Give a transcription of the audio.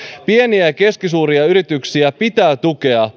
pieniä ja ja keskisuuria yrityksiä pitää tukea